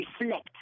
reflect